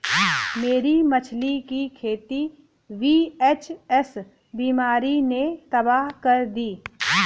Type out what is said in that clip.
मेरी मछली की खेती वी.एच.एस बीमारी ने तबाह कर दी